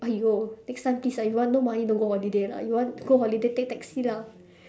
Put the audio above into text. !aiyo! next time please ah you want no money don't go holiday lah you want go holiday take taxi lah